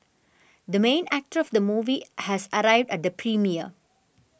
the main actor of the movie has arrived at the premiere